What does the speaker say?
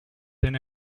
than